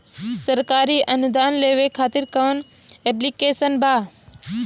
सरकारी अनुदान लेबे खातिर कवन ऐप्लिकेशन बा?